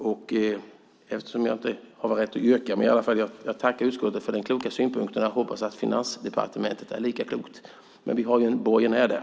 Jag har inte rätt att yrka, men jag tackar utskottet för de kloka synpunkterna och hoppas att Finansdepartementet är lika klokt. Vi har ju en borgenär där.